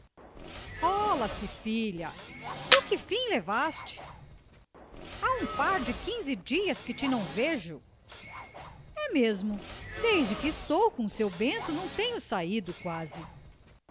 passava rola se filha tu que fim levaste há um par de quinze dias que te não vejo e mesmo desde que estou com seu bento não tenho saído quase